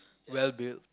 well built